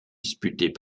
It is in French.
disputés